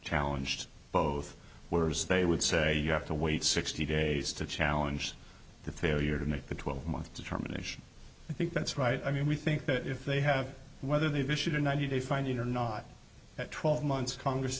challenge to both words they would say you have to wait sixty days to challenge the failure to make the twelve month determination i think that's right i mean we think that if they have whether they've issued a ninety day finding or not at twelve months congress